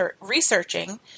researching